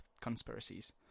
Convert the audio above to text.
conspiracies